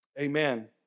amen